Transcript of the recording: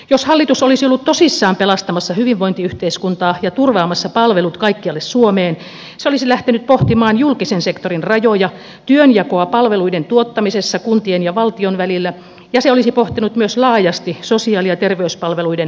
jos hallitus olisi ollut tosissaan pelastamassa hyvinvointiyhteiskuntaa ja turvaamassa palvelut kaikkialle suomeen se olisi lähtenyt pohtimaan julkisen sektorin rajoja työnjakoa palveluiden tuottamisessa kuntien ja valtion välillä ja se olisi pohtinut myös laajasti sosiaali ja terveyspalveluiden sisältöä